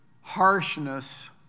harshness